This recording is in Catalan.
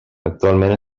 actualment